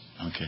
Okay